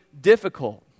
difficult